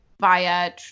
via